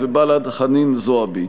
בל"ד: חנין זועבי.